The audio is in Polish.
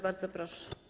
Bardzo proszę.